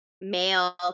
male